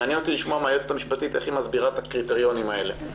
מעניין אותי לשמוע מהיועצת המשפטית איך היא מסבירה את הקריטריונים האלה.